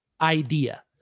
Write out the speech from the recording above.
idea